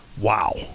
Wow